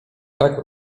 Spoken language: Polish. tak